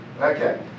Okay